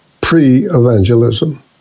pre-evangelism